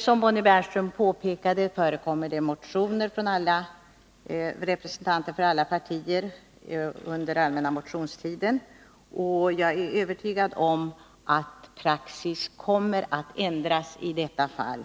Som Bonnie Bernström påpekade har under den allmänna motionstiden motioner väckts av representanter för alla partier. Jag är övertygad om att praxis kommer att ändras i detta avseende.